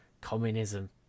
communism